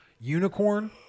Unicorn